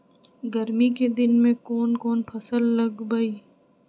गर्मी के दिन में कौन कौन फसल लगबई?